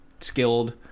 skilled